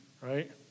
right